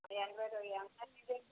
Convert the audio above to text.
ఎనభైలో